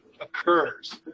occurs